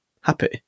happy